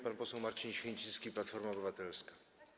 Pan poseł Marcin Święcicki, Platforma Obywatelska.